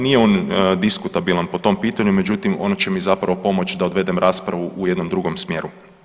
Nije on diskutabilan po tom pitanju, međutim ono će mi zapravo pomoć da odvedem raspravu u jednom drugom smjeru.